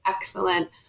excellent